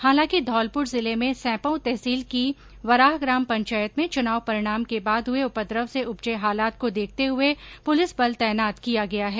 हालांकि धौलपुर जिले में सैंपउ तहसील की वराह ग्राम पंचायत में चुनाव परिणाम के बाद हुए उपद्रव से उपजे हालात को देखते हुए पुलिस बल तैनात किया गया है